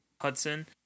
Hudson